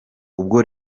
ubwo